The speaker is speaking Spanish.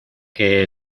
que